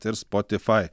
ir spotify